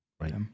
right